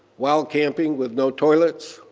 wild camping with no toilets,